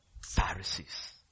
Pharisees